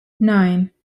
nine